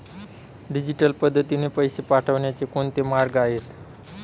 Digital पद्धतीने पैसे पाठवण्याचे कोणते मार्ग आहेत?